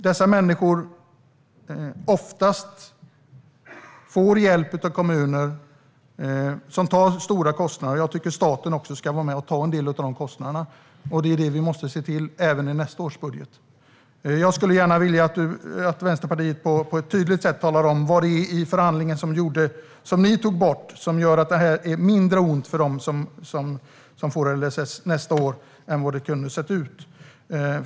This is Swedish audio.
Dessa människor får oftast hjälp av kommuner som tar stora kostnader. Jag tycker att staten också ska vara med och ta en del av kostnaderna. Det måste vi se till även i nästa års budget. Jag skulle gärna vilja att Vänsterpartiet på ett tydligt sätt talar om vad det var i förhandlingen som ni tog bort och som gör att detta är mindre ont för dem som får LSS nästa år än hur det annars kunde ha sett ut.